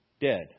dead